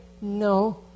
No